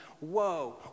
whoa